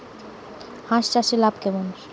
হাঁস চাষে লাভ কেমন?